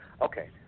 okay